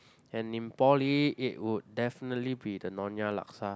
and in poly it would definitely be the Nyonya laksa